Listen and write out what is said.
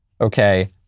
Okay